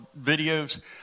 videos